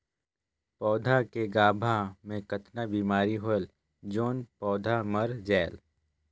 पौधा के गाभा मै कतना बिमारी होयल जोन पौधा मर जायेल?